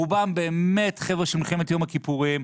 רובם חבר'ה של מלחמת יום הכיפורים,